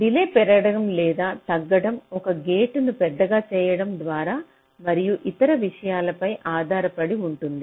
delay పెరగడం లేదా తగ్గడం ఒక గేటును పెద్దగా చేయడం ద్వారా మరియు ఇతర విషయాల పై ఆధారపడి ఉంటుంది